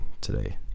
today